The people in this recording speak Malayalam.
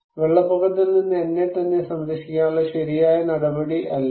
വെള്ളപ്പൊക്കത്തിൽ നിന്ന് എന്നെത്തന്നെ സംരക്ഷിക്കാനുള്ള ശരിയായ നടപടി അല്ലെന്ന്